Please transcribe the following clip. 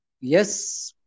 Yes